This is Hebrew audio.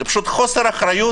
זה פשוט חוסר אחריות